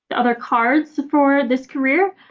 other cards for this career.